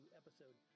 episode